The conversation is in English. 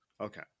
Okay